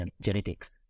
genetics